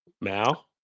Now